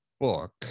book